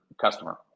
customer